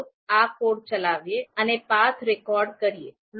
ચાલો આ કોડ ચલાવીએ અને પાથ રેકોર્ડ કરીએ